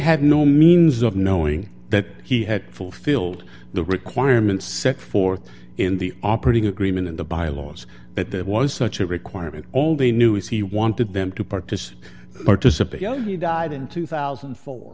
had no means of knowing that he had fulfilled the requirements set forth in the operating agreement in the bylaws that there was such a requirement all they knew is he wanted them to participate participate yet he died in two thousand